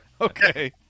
Okay